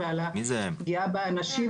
אז גם את ה-8 שקלים אנחנו